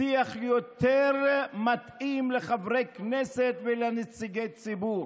לשיח יותר מתאים לחברי כנסת ולנציגי ציבור.